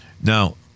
Now